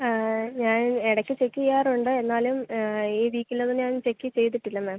ആ ഞാൻ ഇടയ്ക്ക് ചെക്ക് ചെയ്യാറുണ്ട് എന്നാലും ഈ വീക്കിലൊന്നും ഞാൻ ചെക്ക് ചെയ്തിട്ടില്ല മാം